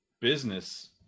business